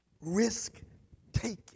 Risk-taking